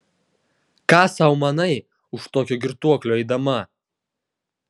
ką sau manai už tokio girtuoklio eidama